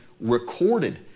recorded